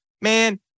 man